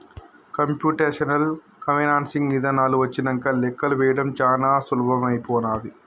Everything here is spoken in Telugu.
కంప్యుటేషనల్ ఫైనాన్సింగ్ ఇదానాలు వచ్చినంక లెక్కలు వేయడం చానా సులభమైపోనాది